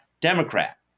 Democrat